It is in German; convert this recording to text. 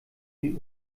die